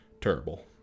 terrible